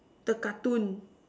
the cartoon